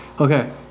Okay